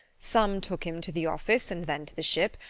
some took him to the office and then to the ship,